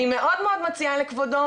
אני מאוד מציעה לכבודו,